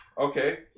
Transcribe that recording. Okay